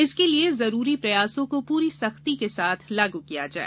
इसके लिए जरूरी प्रयासों को पूरी सख्ती के साथ लागू किया जाए